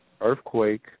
Earthquake